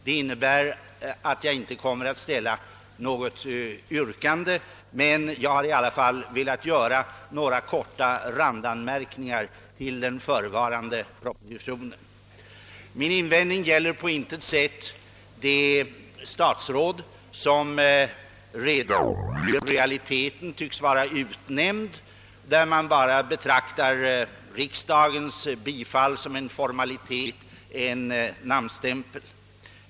Detta innebär inte att jag här kommer att ställa något yrkande, men jag har velat göra några korta Mina invändningar gäller på intet sätt det statsråd som i realiteten redan tycks vara utnämnd och varom man betraktar riksdagens bifall bara som en formalitet, en namnstämpel.